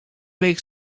week